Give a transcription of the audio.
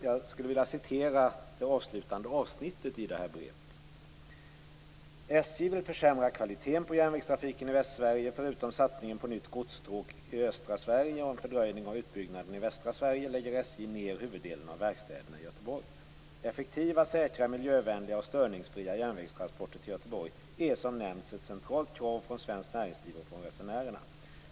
Jag skulle vilja citera det avslutande avsnittet i brevet: Effektiva, säkra, miljövänliga och störningsfria järnvägstransporter till Göteborg är, som nämnts, ett centralt krav från svenskt näringsliv och från resenärerna.